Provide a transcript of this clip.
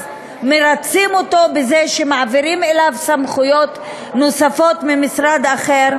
אז מרצים אותו בזה שמעבירים אליו סמכויות נוספות ממשרד אחר.